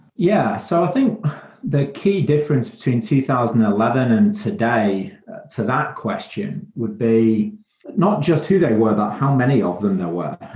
yeah. so i think the key difference between two thousand and eleven and today to that question would be not just who they were, but how many of them there were.